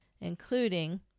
including